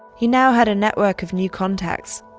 he now had a network of new contacts,